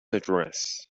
address